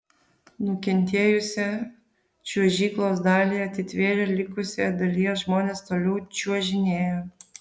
nukentėjusią čiuožyklos dalį atitvėrė likusioje dalyje žmonės toliau čiuožinėjo